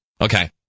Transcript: Okay